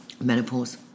menopause